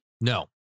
No